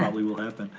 probably will happen.